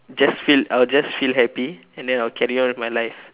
just feel I'll just feel happy and then I'll carry on with my life